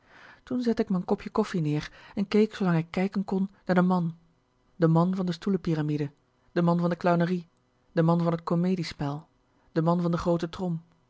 toen zette ik m'n kopje koffie neer en keek zoolang k kijken kon naar den man den man van de stoelenpyramide den man van de clownerie den man van het komediespel den man van de groote trom